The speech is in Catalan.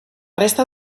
resta